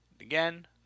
again